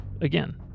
again